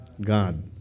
God